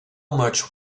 much